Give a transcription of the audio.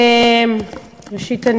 ראשית,